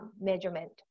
measurement